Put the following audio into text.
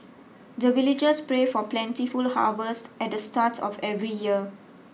the villagers pray for plentiful harvest at the start of every year